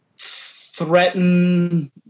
Threaten